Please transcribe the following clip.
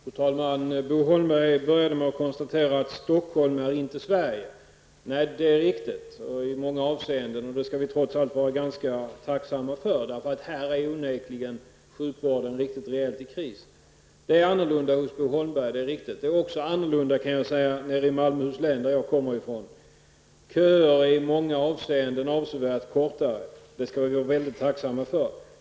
Fru talman! Bo Holmberg började med att konstatera att Stockholm inte är Sverige. Det är riktigt i många avseenden, och det skall vi vara tacksamma för. Här är onekligen sjukvården i rejäl kris. Det är annorlunda hos Bo Holmberg. Det är riktigt. Det är också annorlunda, kan jag säga, i Malmöhus län där jag kommer ifrån. Köerna är i många avseenden avsevärt kortare. Det skall vi vara väldigt tacksamma för.